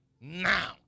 now